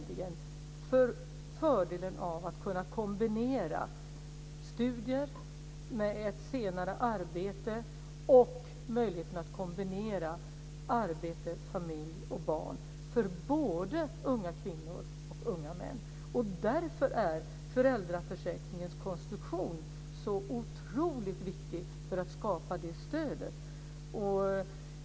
Det är fördelen av att kunna kombinera studier med ett senare arbete och att kunna kombinera arbete, familj och barn för både unga kvinnor och unga män. Föräldraförsäkringens konstruktion är otroligt viktig för att skapa det stödet.